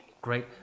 Great